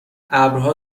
ابرها